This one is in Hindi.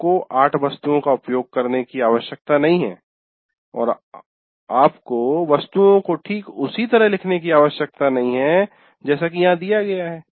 आपको 8 वस्तुओं का उपयोग करने की आवश्यकता नहीं है और आपको वस्तुओं को ठीक उसी तरह लिखने की आवश्यकता नहीं है जैसा कि यहाँ दिया गया है